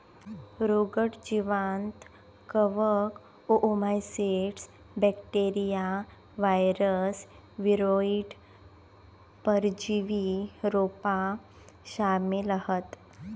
रोगट जीवांत कवक, ओओमाइसीट्स, बॅक्टेरिया, वायरस, वीरोइड, परजीवी रोपा शामिल हत